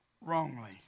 wrongly